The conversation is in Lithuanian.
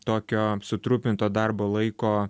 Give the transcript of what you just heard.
tokio sutrupinto darbo laiko